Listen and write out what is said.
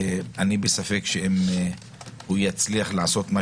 אני בספק אם הוא יצליח לעשות את מה